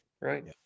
right